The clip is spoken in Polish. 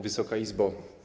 Wysoka Izbo!